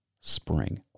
spring